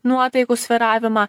nuotaikų svyravimą